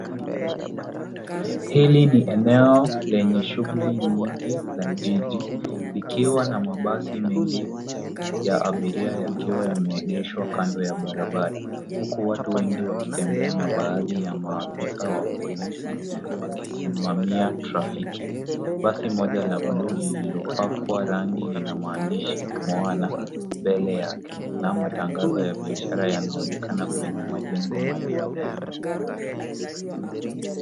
Hili ni eneo lenye shughuli nyingi la jiji ikiwa na mabasi mengi ya abiria yakiwa yameegeshwa kando ya barabara huku watu wengi wakitembea na baadhi wa maafisa wa polisi wakisimamia trafiki. Basi moja la blue lililopakwa rangi lina maandishi Moana mbele yakena matangazo ya biashara yanaonekana kwenye majengo marefu.